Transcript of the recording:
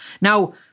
Now